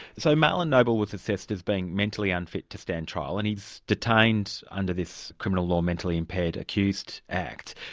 so marlon noble was assessed as being mentally unfit to stand trial, and he's detained under this criminal law mentally impaired accused act.